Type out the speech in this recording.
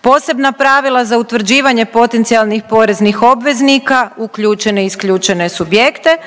Posebna pravila za utvrđivanje potencijalnih poreznih obveznika, uključene i isključene subjekte,